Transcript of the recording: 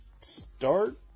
start